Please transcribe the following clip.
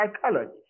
psychology